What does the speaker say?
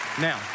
Now